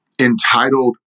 entitled